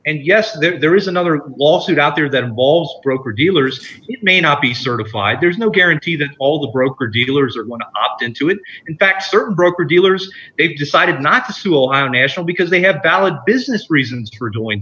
yes there is another lawsuit out there that involved broker dealers may not be certified there's no guarantee that all the broker dealers are going into it in fact certain broker dealers they've decided not to school on national because they have valid business reasons for join